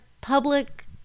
public